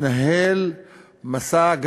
מתנהל מסע,